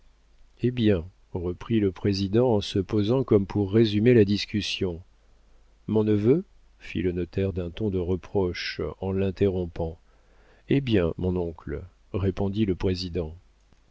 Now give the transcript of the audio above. hé bien reprit le président en se posant comme pour résumer la discussion mon neveu fit le notaire d'un ton de reproche en l'interrompant hé bien mon oncle répondit le président